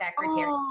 secretary